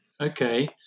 Okay